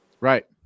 Right